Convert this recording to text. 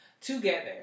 together